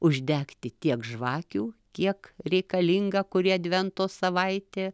uždegti tiek žvakių kiek reikalinga kuri advento savaitė